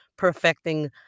perfecting